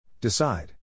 Decide